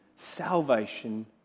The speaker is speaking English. salvation